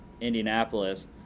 Indianapolis